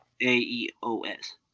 A-E-O-S